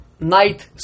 night